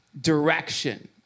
direction